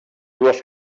dues